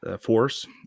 force